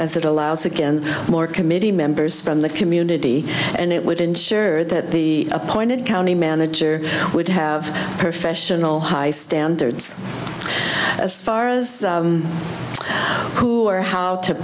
as it allows again more committee members from the community and it would ensure that the appointed county manager would have professional high standards as far as who or how to